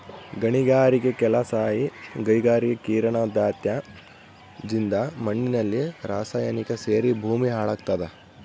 ಗಣಿಗಾರಿಕೆಲಾಸಿ ಕೈಗಾರಿಕೀಕರಣದತ್ಯಾಜ್ಯದಿಂದ ಮಣ್ಣಿನಲ್ಲಿ ರಾಸಾಯನಿಕ ಸೇರಿ ಭೂಮಿ ಹಾಳಾಗ್ತಾದ